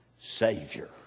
savior